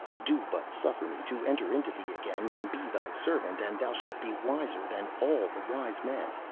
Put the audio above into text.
do but suffer me to enter into thee again and be thy servant, and thou shalt be wiser than all the wise men,